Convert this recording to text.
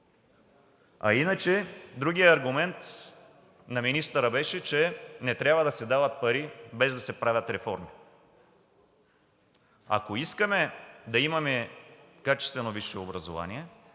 Иначе другият аргумент на министъра беше, че не трябва да се дават пари, без да се правят реформи. Ако искаме да имаме качествено висше образование,